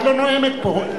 את לא נואמת פה.